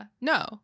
No